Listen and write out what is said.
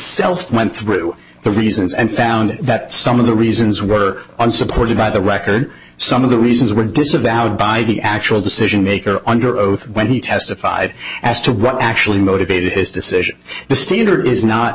self went through the reasons and found that some of the reasons were unsupported by the record some of the reasons were disavowed by the actual decision maker under oath when he testified as to what actually motivated his decision the standard is not